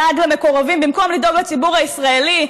דאג למקורבים במקום לדאוג לציבור הישראלי,